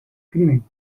crimen